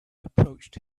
approached